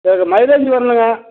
சரி மைலேஜ் வரணுங்க